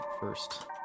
first